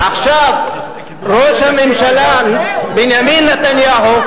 עכשיו ראש הממשלה בנימין נתניהו,